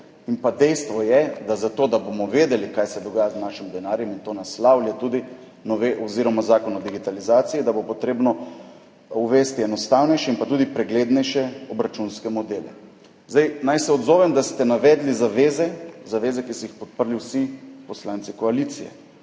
Dejstvo je, da bo zato, da bomo vedeli, kaj se dogaja z našim denarjem, in to naslavlja tudi zakon o digitalizaciji, potrebno uvesti enostavnejše in tudi preglednejše obračunske modele. Naj se odzovem, da ste navedli zaveze, ki so jih podprli vsi poslanci koalicije.